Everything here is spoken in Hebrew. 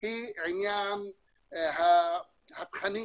היא עניין התכנים